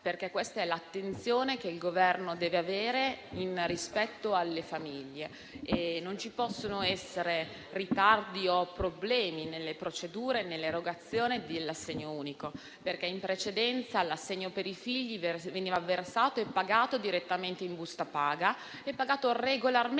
perché questa è l'attenzione che il Governo deve avere rispetto alle famiglie. Non ci possono essere ritardi o problemi nelle procedure di erogazione dell'assegno unico, perché in precedenza l'assegno per i figli veniva versato e pagato direttamente regolarmente